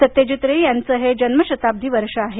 सत्यजित रे यांच हे जन्मशताब्दी वर्ष आहे